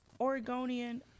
Oregonian